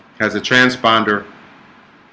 as a transponder